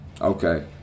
Okay